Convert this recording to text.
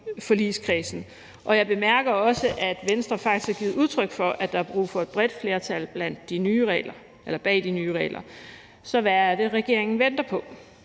Jeg bemærker også, at Venstre faktisk har givet udtryk for, at der er brug for et bredt flertal bag de nye regler. Så hvad er det, regeringen venter på?